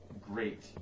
great